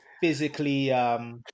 physically